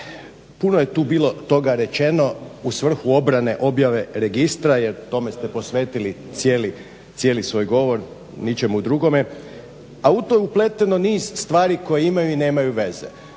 puno je tu bilo toga rečeno u svrhu obrane, objave registra jer tome ste posvetili cijeli svoj govor, mi ćemo o drugome, a u to je upleteno niz stvari koje imaju i nemaju veze.